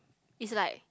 is like